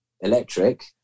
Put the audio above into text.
electric